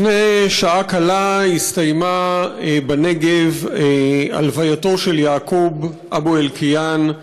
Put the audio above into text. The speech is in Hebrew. לפני שעה קלה הסתיימה בנגב הלווייתו של יעקוב אבו אלקיעאן,